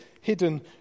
hidden